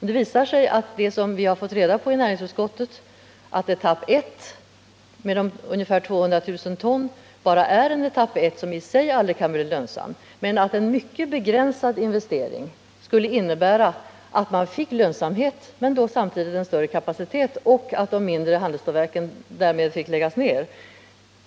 Vi har i näringsutskottet fått reda på att etapp I med ungefär 200 000 ton bara är en första etapp, som i sig aldrig kan bli lönsam, men att en mycket begränsad ytterligare investering skulle innebära att man fick lönsamhet och samtidigt större kapacitet men att de mindre handelsstålverken därmed fick läggas ner.